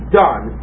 done